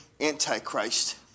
antichrist